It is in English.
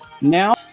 Now